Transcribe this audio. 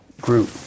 group